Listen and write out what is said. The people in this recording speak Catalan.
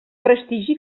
prestigi